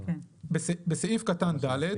"בסעיף קטן (ד),